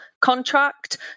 contract